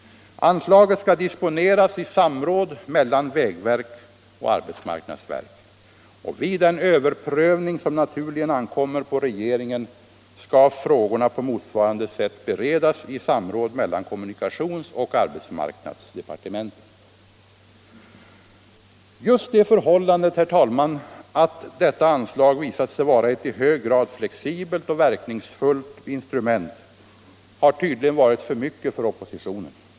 Anslaget skall disponeras i samråd mellan vägverk och arbetsmarknadsverk. Och vid den överprövning som naturligen ankommer på regeringen skall frågorna på motsvarande sätt beredas i samråd mellan kommunikationsoch arbetsmarknadsdepartementen. Just det förhållandet, herr talman, att detta anslag visat sig vara ett i hög grad flexibelt och verkningsfullt instrument har tydligen varit för mycket för oppositionen.